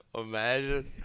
Imagine